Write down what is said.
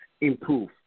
improve